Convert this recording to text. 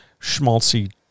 schmaltzy